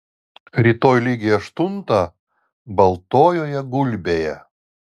rytoj lygiai aštuntą baltojoje gulbėje